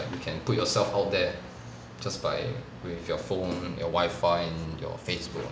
you can put yourself out there just by with your phone your wifi and your facebook